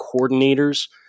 coordinators